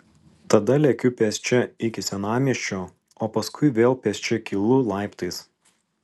tada lekiu pėsčia iki senamiesčio o paskui vėl pėsčia kylu laiptais